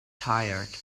tired